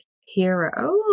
hero